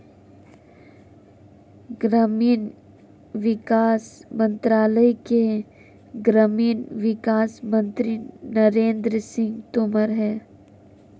ग्रामीण विकास मंत्रालय के ग्रामीण विकास मंत्री नरेंद्र सिंह तोमर है